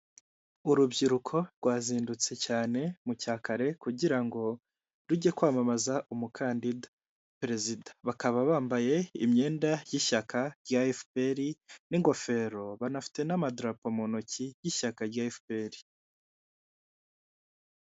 Urubyiruko rwazindutse cyane mu cyakare kugira ngo rujye kwamamaza umukandida perezida, bakaba bambaye imyenda y'ishyaka rya efuperi n'ingofero banafite n'amadarapo mu ntoki y'ishyaka rya efuperi.